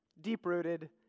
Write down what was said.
Deep-rooted